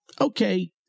okay